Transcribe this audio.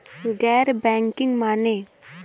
गैर बैंकिंग माने?